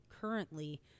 currently